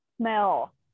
smell